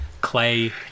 clay